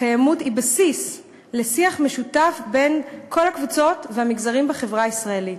הקיימות היא בסיס לשיח משותף בין כל הקבוצות והמגזרים בחברה הישראלית,